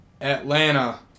Atlanta